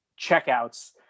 checkouts